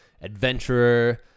adventurer